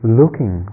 looking